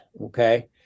Okay